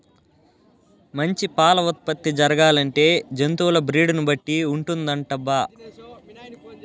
మంచి పాల ఉత్పత్తి జరగాలంటే జంతువుల బ్రీడ్ ని బట్టి ఉంటుందటబ్బా